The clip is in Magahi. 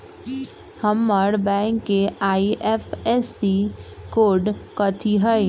हमर बैंक के आई.एफ.एस.सी कोड कथि हई?